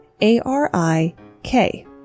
A-R-I-K